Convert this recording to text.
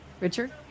richard